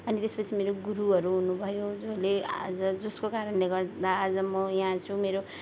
अनि त्यसपछि मेरो गुरूहरू हुनुभयो जसले आज जसको कारणले गर्दा आज म यहाँ छु मेरो